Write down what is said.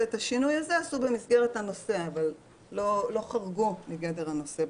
ואת השינוי הזה עשו במסגרת הנושא הזה אבל לא חרגו ממנו.